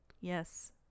Yes